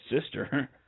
sister